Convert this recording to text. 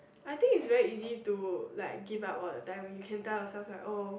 I think it's very easy to like give up all the time you can tell yourself like oh